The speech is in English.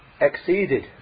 exceeded